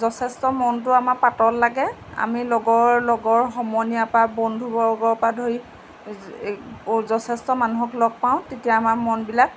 যথেষ্ট মনটো আমাৰ পাতল লাগে আমি লগৰ লগৰ সমনীয়াৰপৰা বন্ধুবৰ্গৰপৰা ধৰি যথেষ্ট মানুহক লগ পাওঁ তেতিয়া আমাৰ মনবিলাক